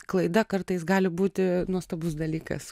klaida kartais gali būti nuostabus dalykas